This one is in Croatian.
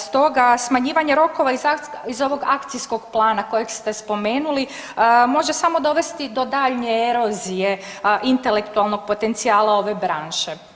Stoga smanjivanje rokova iz ovog akcijskog plana kojeg ste spomenuli može samo dovesti do daljnje erozije intelektualnog potencijala ove branše.